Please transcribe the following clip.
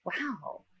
wow